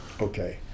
Okay